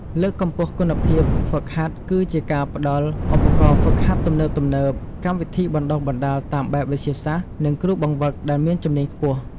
លើកកម្ពស់គុណភាពហ្វឹកហាត់គឺជាការផ្តល់ឧបករណ៍ហ្វឹកហាត់ទំនើបៗ កម្មវិធីបណ្តុះបណ្តាលតាមបែបវិទ្យាសាស្ត្រ និងគ្រូបង្វឹកដែលមានជំនាញខ្ពស់។